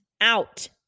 out